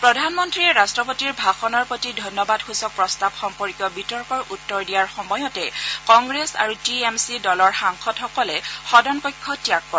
প্ৰধানমন্ত্ৰীয়ে ৰাট্টপতিৰ ভাষণৰ প্ৰতি ধন্যাবাদ সূচক প্ৰস্তাৱ সম্পৰ্কীয় বিতৰ্কৰ উত্তৰ দিয়াৰ সময়ত কংগ্ৰেছ আৰু টি এম ছি দলৰ সাংসদসকলে সদনকক্ষ ত্যাগ কৰে